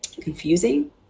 confusing